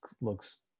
looks